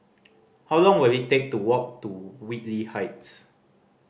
how long will it take to walk to Whitley Heights